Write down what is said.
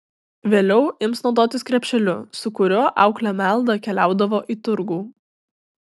vėliau ims naudotis krepšeliu su kuriuo auklė meldą keliaudavo į turgų